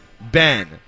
Ben